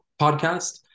podcast